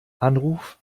anruf